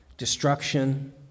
destruction